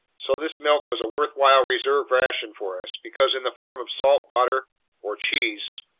so this milk was a worthwhile reserve ration for us, because in the form of salt butter or cheese,